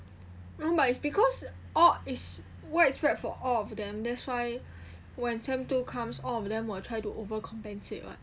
no but it's because all is what I expect for all of them that's why when sem two comes all of them will try to over compensate [what]